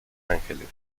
ángeles